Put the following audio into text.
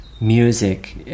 music